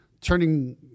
turning